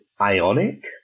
Ionic